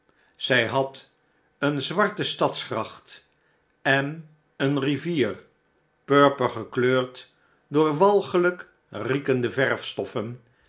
zij had eene zwarte stadsgracht en eene rivier purper gekleurd door walgelijk riekende verfstoffen